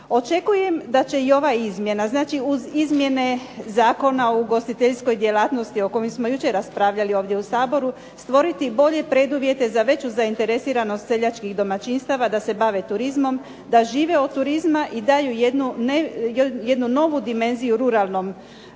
Očekujem da će i ova izmjena, znači uz izmjene Zakona o ugostiteljskoj djelatnosti o kojem smo jučer raspravljali ovdje u Saboru, stvoriti bolje preduvjete za veću zainteresiranost seljačkih domaćinstava da se bave turizmom, da žive od turizma i daju jednu novu dimenziju ruralnom